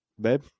babe